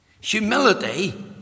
Humility